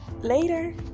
later